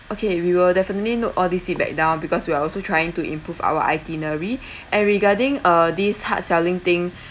okay we will definitely note all these feedback down because we are also trying to improve our itinerary and regarding uh this hard selling thing